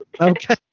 Okay